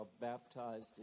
baptized